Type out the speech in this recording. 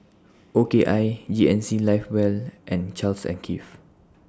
O K I G N C Live Well and Charles and Keith